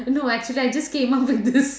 no actually I just came up with this